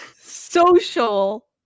Social